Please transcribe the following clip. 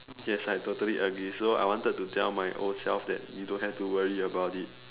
yes I totally agree so I wanted to tell my old self that you don't have to worry about it